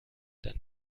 dann